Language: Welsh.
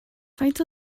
faint